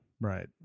Right